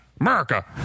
America